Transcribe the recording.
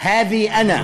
שנבין.